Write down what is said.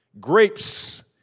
grapes